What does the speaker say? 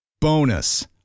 Bonus